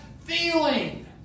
feeling